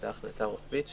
הייתה החלטה רוחבית שניתן.